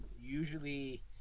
usually